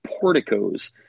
porticos